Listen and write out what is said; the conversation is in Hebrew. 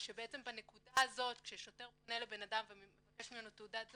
שבעצם בנקודה הזאת שהשוטר פונה לאדם ומבקש ממנו תעודת זהות,